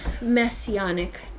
Messianic